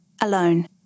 alone